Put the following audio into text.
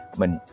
mình